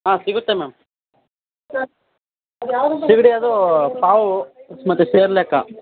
ಹಾಂ ಸಿಗುತ್ತೆ ಮ್ಯಾಮ್ ಸೀಗಡಿ ಅದು ಪಾವು ಮತ್ತು ಸೇರು ಲೆಕ್ಕ